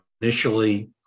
Initially